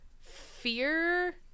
fear